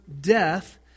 death